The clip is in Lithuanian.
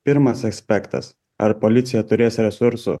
pirmas aspektas ar policija turės resursų